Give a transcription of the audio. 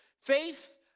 Faith